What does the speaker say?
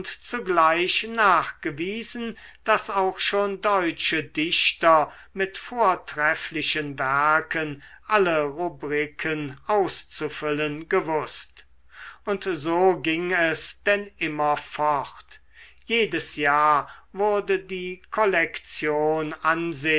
zugleich nachgewiesen daß auch schon deutsche dichter mit vortrefflichen werken alle rubriken auszufüllen gewußt und so ging es denn immer fort jedes jahr wurde die kollektion